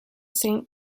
saint